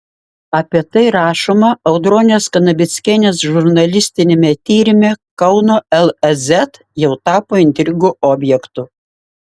apie tai rašoma audronės kanapickienės žurnalistiniame tyrime kauno lez jau tapo intrigų objektu